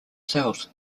cells